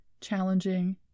challenging